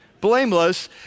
Blameless